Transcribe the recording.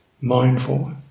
mindful